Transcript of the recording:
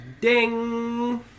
Ding